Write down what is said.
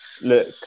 Look